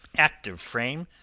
active frame,